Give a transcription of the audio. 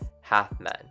half-men